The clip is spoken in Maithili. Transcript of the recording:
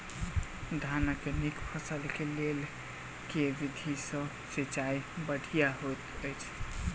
धानक नीक फसल केँ लेल केँ विधि सँ सिंचाई बढ़िया होइत अछि?